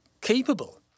capable